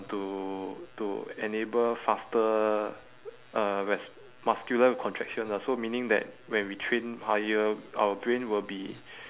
to to enable faster uh res~ muscular contraction lah so meaning that when we train higher our brain will be